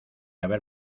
haber